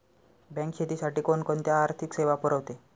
Bank शेतीसाठी कोणकोणत्या आर्थिक सेवा पुरवते?